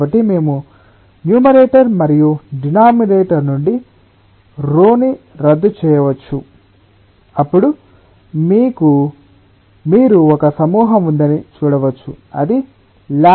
కాబట్టి మేము numerator మరియు denominator నుండి pho రద్దు చేయవచ్చు అప్పుడు మీరు ఒక సమూహం ఉందని చూడవచ్చు అది L